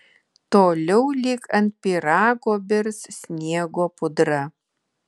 toliau lyg ant pyrago birs sniego pudra